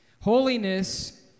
Holiness